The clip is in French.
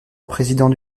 président